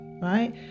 Right